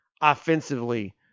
offensively